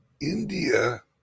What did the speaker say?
India